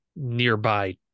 nearby